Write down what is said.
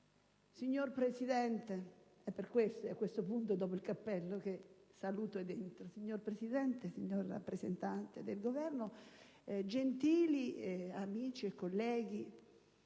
signor Presidente, signor rappresentante del Governo, gentili amici e colleghi